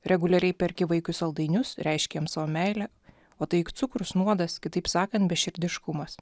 reguliariai perki vaikui saldainius reiški jiems savo meilę o tai juk cukrus nuodas kitaip sakant beširdiškumas